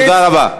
תודה רבה.